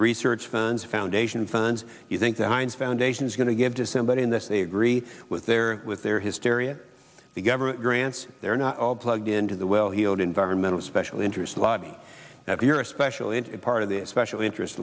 research funds foundation funds you think the heinz foundation is going to give to somebody in this they agree with their with their hysteria the government grants they're not all plugged into the well heeled environmental special interest lobby here especially in part of this special interest